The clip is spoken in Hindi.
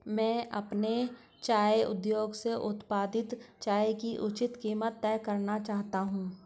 मैं अपने चाय उद्योग से उत्पादित चाय की उचित कीमत तय करना चाहता हूं